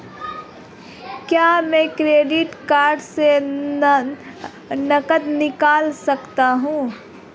क्या मैं credit card से नकद निकाल सकता हूँ?